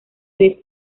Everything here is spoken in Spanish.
tres